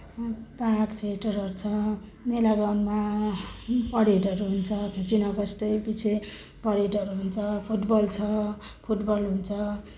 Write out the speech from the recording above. park थिएटरहरू छ मेला ग्राउन्डमा परेडहरू हुन्छ फिफ्टिन अगस्तैपिच्छे परेडहरू हुन्छ फुटबल छ फुटबल हुन्छ